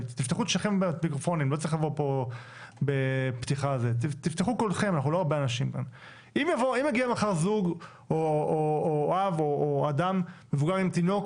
אם יגיע מחר זוג או אב או אדם והוא גם עם תינוק